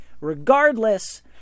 Regardless